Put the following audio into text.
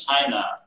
China